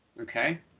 Okay